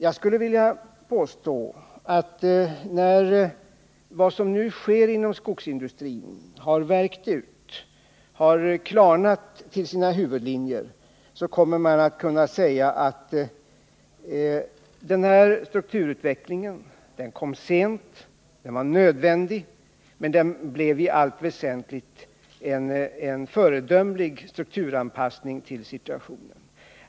Jag skulle vilja påstå att när det som nu sker inom skogsindustrin har klarnat till sina huvudlinjer och värkt ut, så kommer man att kunna säga att den här strukturutvecklingen kom sent och var nödvändig men att den i allt väsentligt blev en föredömlig strukturanpassning till situationen.